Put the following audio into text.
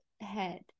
head